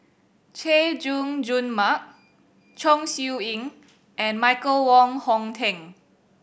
Chay Jung Jun Mark Chong Siew Ying and Michael Wong Hong Teng